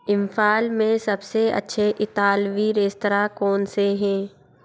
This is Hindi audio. इम्फाल में सबसे अच्छे इतालवी रेस्तरां कौन से हैं